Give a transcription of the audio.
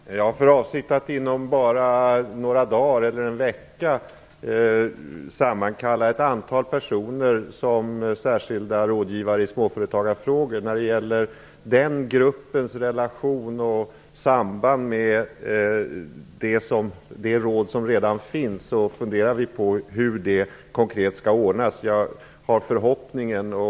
Fru talman! Jag har för avsikt att inom endast några dagar eller någon vecka sammankalla ett antal personer som särskilda rådgivare i småföretagarfrågor. Hur den gruppens relation och samband med det råd som redan finns konkret skall ordnas funderar vi i regeringen på.